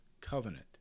covenant